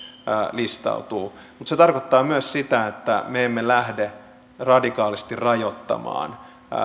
listautuu mutta se tarkoittaa myös sitä että me emme lähde radikaalisti rajoittamaan